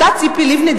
אותה ציפי לבני,